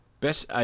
Best